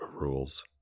rules